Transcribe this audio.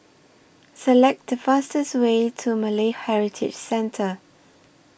Select The fastest Way to Malay Heritage Centre